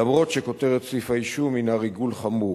אף שכותרת סעיף האישום הינה "ריגול חמור",